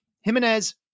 Jimenez